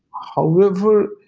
however,